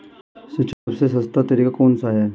सिंचाई का सबसे सस्ता तरीका कौन सा है?